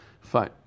Fine